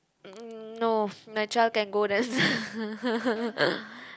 mm no my child can go there